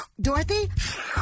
Dorothy